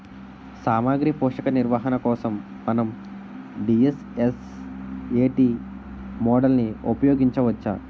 సామాగ్రి పోషక నిర్వహణ కోసం మనం డి.ఎస్.ఎస్.ఎ.టీ మోడల్ని ఉపయోగించవచ్చా?